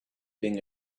being